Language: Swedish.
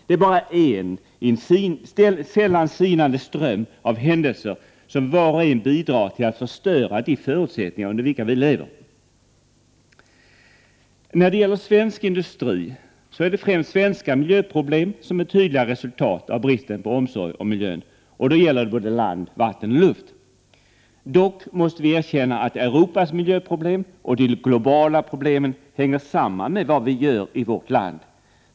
Det är bara en i en sällan sinande ström av händelser, som var och en bidrar till att förstöra de förutsättningar under vilka vi lever. När det gäller svensk industri är det främst svenska miljöproblem som är tydliga resultat av bristen på omsorg om miljön. Det gäller både land, vatten och luft. Dock måste vi erkänna att även Europas miljöproblem och de globala problemen hänger samman med vad vi gör i vårt land.